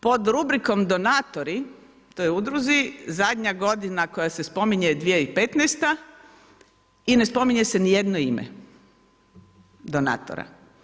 Pod rubrikom donatori, toj udruzi, zadnja godina koja se spominje je 2015. i ne spominje se ni jedno ime donatora.